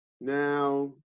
now